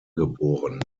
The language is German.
geboren